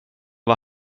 var